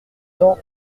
cent